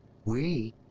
we?